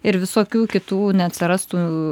ir visokių kitų neatsirastų